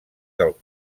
del